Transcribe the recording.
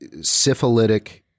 syphilitic